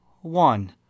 one